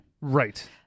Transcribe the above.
Right